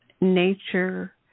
nature